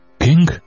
King